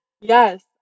Yes